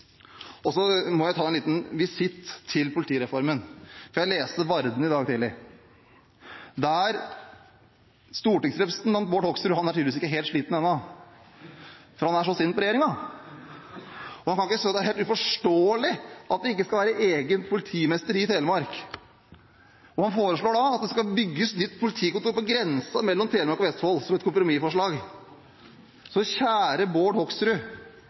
Så må jeg ta en liten visitt til politireformen. Jeg leste Varden i dag tidlig, der stortingsrepresentant Bård Hoksrud – han er tydeligvis ikke helt sliten ennå, for han er så sint på regjeringen – sier at det er helt uforståelig at det ikke skal være egen politimester i Telemark, og han foreslår at det skal bygges nytt politihovedkvarter på grensen mellom Telemark og Vestfold, som et kompromissforslag. Så kjære Bård Hoksrud,